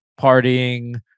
partying